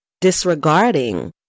disregarding